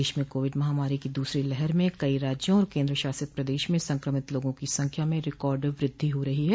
देश में कोविड महामारी की दूसरी लहर में कई राज्यों और केंद्र शासित प्रदश में संक्रमित लोगों की संख्या में रिकॉर्ड वृद्धि हो रही है